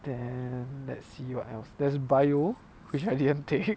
then let's see what else there's biology which I didn't take